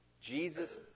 Jesus